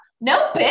No